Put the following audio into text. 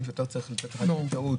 אם שוטר צריך לתת לך --- הדרכים